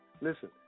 Listen